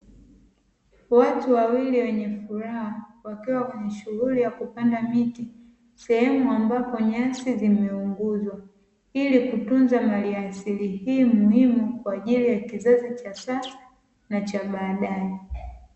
Watu wawili wenye furaha wakiwa kwenye shughuli ya kupanda miti, sehemu ambapo nyasi zimeunguzwa ili kutunza maliasili hii muhimu kwa ajili ya kizazi cha sasa na cha baadae.